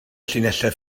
llinellau